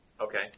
Okay